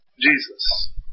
Jesus